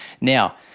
Now